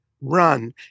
Run